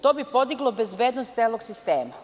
To bi podiglo bezbednost celog sistema.